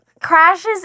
crashes